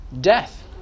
death